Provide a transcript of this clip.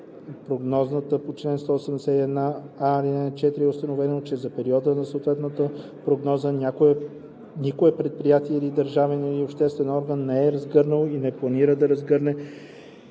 прогнозата по чл. 181а, ал. 4 е установено, че за периода на съответната прогноза никое предприятие или държавен или общински орган не е разгърнал и не планира да разгърне